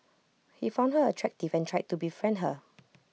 he found her attractive and tried to befriend her